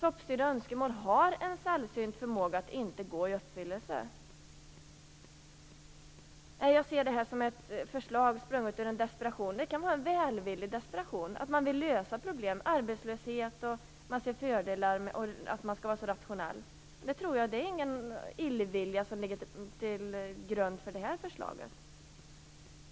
Toppstyrda önskemål har en sällsynt förmåga att inte gå i uppfyllelse. Nej, jag ser det här som ett förslag sprunget ur en desperation. Det kan vara en välvillig desperation, dvs. att man vill lösa problem, t.ex. arbetslöshet, ser fördelar och vill vara rationell. Jag tror inte att det ligger någon illvilja till grund för det här förslaget.